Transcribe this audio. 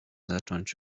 zacząć